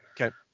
Okay